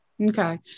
Okay